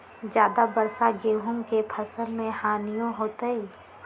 ज्यादा वर्षा गेंहू के फसल मे हानियों होतेई?